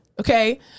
Okay